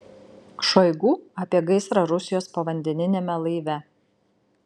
šoigu apie gaisrą rusijos povandeniniame laive